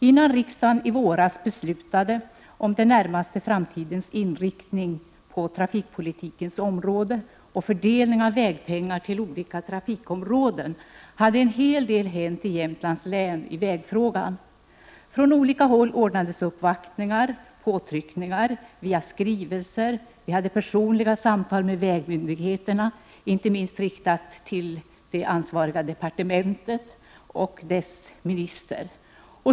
Innan riksdagen i våras beslutade om den närmaste framtidens inriktning på trafikpolitikens område och fördelning av vägpengar till olika trafikområden hade en hel del hänt i Jämtlands län i vägfrågan. Från olika håll ordnades uppvaktningar och påtryckningar via skrivelser. Vi hade personliga samtal med representanter för vägmyndigheterna, samtal vars innehåll inte minst var riktat till det ansvariga departementet och dess minister.